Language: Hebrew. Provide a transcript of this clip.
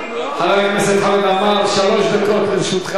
זה נכון.